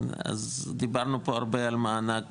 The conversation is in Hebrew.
אז דיברנו פה הרבה על מענק